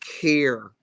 care